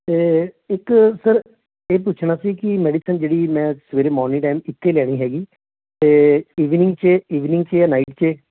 ਅਤੇ ਇੱਕ ਸਰ ਇਹ ਪੁੱਛਣਾ ਸੀ ਕਿ ਮੈਡੀਸਨ ਜਿਹੜੀ ਮੈਂ ਸਵੇਰੇ ਮੋਰਨਿੰਗ ਟਾਈਮ ਇੱਕ ਹੀ ਲੈਣੀ ਹੈਗੀ ਅਤੇ ਈਵਨਿੰਗ 'ਚ ਈਵਨਿੰਗ 'ਚ ਨਾਈਟ 'ਚ